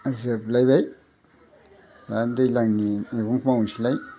जोबलायबाय दा दैज्लांनि मैगं मावनोसैलाय